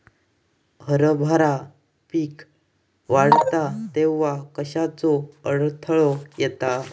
हरभरा पीक वाढता तेव्हा कश्याचो अडथलो येता?